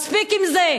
מספיק עם זה.